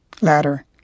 ladder